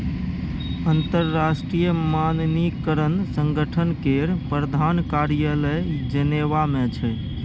अंतरराष्ट्रीय मानकीकरण संगठन केर प्रधान कार्यालय जेनेवा मे छै